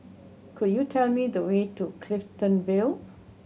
could you tell me the way to Clifton Vale